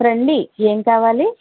రండి ఏం కావాలి